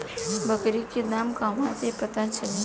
बकरी के दाम कहवा से पता चली?